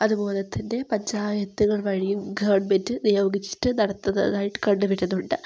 അതുപോലെത്തന്നെ പഞ്ചായത്തുകൾ വഴിയും ഗവൺമെൻ്റ് നിയോഗിച്ചിട്ട് നടത്തുന്നതായിട്ട് കണ്ടു വരുന്നുണ്ട്